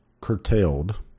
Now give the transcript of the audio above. curtailed